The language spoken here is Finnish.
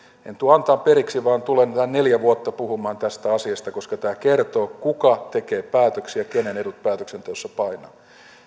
en tule antamaan periksi vaan tulen tämän neljä vuotta puhumaan tästä asiasta koska tämä kertoo kuka tekee päätöksiä kenen edut päätöksenteossa painavat